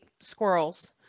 squirrels